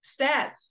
stats